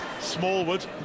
Smallwood